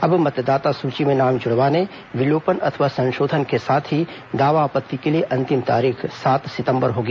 अब मतदाता सूची में नाम जुड़वाने विलोपन अथवा संशोधन के साथ ही दावा आपत्ति के लिए अंतिम तारीख सात सितंबर होगी